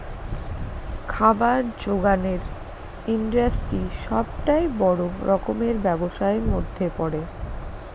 খাবার জোগানের ইন্ডাস্ট্রি সবটাই বড় রকমের ব্যবসার মধ্যে পড়ে